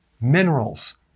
minerals